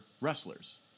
wrestlers